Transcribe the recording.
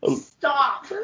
Stop